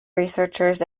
researchers